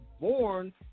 born